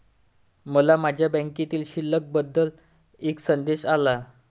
मला माझ्या बँकेतील शिल्लक बद्दल एक संदेश आला